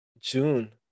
June